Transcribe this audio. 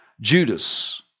Judas